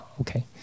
okay